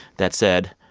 that said,